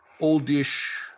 oldish